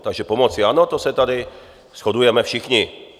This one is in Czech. Takže pomoci ano, to se tady shodujeme všichni.